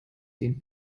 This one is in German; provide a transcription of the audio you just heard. den